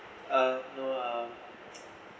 uh no uh